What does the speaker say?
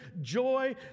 joy